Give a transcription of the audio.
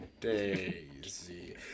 Daisy